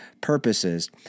purposes